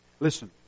Listen